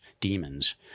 demons